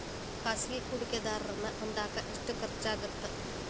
ಖಾಸಗಿ ಹೂಡಕೆದಾರನ್ನ ಹೊಂದಾಕ ಎಷ್ಟ ಖರ್ಚಾಗತ್ತ